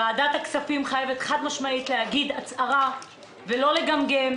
ועדת הכספים חייבת להגיד הצהרה באופן חד משמעי,